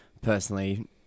personally